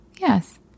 Yes